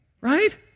Right